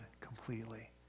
completely